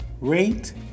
Rate